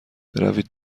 بروید